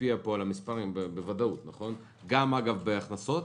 תשפיע פה על המספרים בוודאות, גם בצד ההכנסות